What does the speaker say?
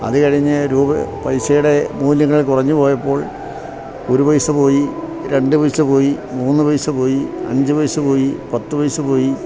അതുകഴിഞ്ഞ് രൂപ പൈസയുടെ മൂല്യങ്ങൾ കുറഞ്ഞു പോയപ്പോൾ ഒരു പൈസ പോയി രണ്ടു പൈസ പോയി മൂന്നു പൈസ പോയി അഞ്ചു പൈസ പോയി പത്തു പൈസ പോയി